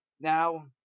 Now